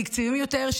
מקצועיים יותר,